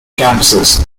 campuses